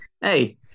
hey